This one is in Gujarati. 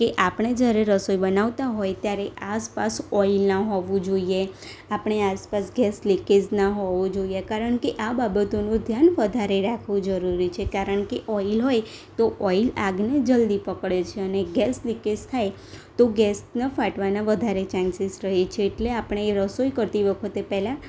કે આપણે જ્યારે રસોઈ બનાવતા હોય ત્યારે આસપાસ ઓઇલ ના હોવું જોઈએ આપણી આસપાસ ગેસ લીકેજ ના હોવો જોઈએ કારણકે આ બાબતોનું ધ્યાન વધારે રાખવું જરૂરી છે કારણ કે ઓઇલ હોય તો ઓઇલ આગને જલ્દી પકડે છે અને ગેસ લીકેજ થાય તો ગેસના ફાટવાના વધારે ચાન્સીસ રહે છે એટલે આપણે એ રસોઈ કરતી વખતે પહેલાં